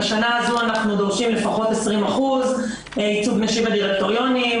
בשנה הזו אנחנו דורשים לפחות 20% ייצוג נשים בדירקטוריונים,